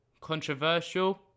Controversial